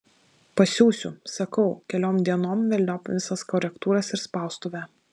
pasiųsiu sakau keliom dienom velniop visas korektūras ir spaustuvę